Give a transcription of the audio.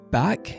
back